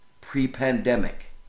pre-pandemic